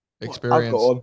experience